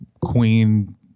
queen